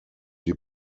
die